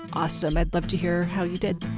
awesome. i'd love to hear how you did